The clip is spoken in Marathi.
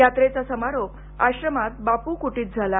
यात्रेचा समारोप आश्रमात बापू कुटीत झाला